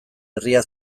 herria